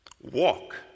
Walk